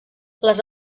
les